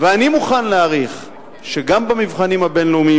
ואני מוכן להעריך שגם במבחנים הבין-לאומיים